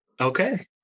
Okay